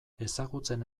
ezagutzen